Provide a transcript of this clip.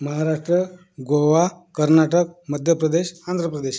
Maharashtra Goa Karnataka Madhya Pradesh Andhra Pradesh